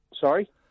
Sorry